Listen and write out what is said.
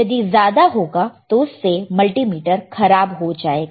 यदि ज्यादा होगा तो उससे मल्टीमीटर खराब हो जाएगा